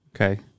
Okay